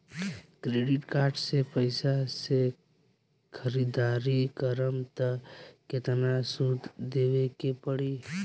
Credit card के पैसा से ख़रीदारी करम त केतना सूद देवे के पड़ी?